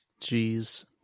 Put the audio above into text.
Jeez